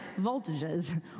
voltages